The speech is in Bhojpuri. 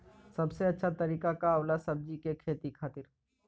सबसे अच्छा तरीका का होला सब्जी के खेती खातिर?